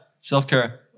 self-care